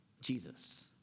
Jesus